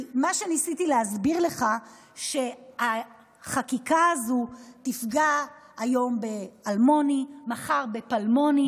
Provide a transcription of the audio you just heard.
מה שניסיתי להסביר לך הוא שהחקיקה הזו תפגע היום באלמוני ומחר בפלמוני.